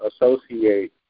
associate